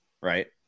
right